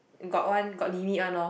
got one got limit one orh